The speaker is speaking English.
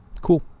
Cool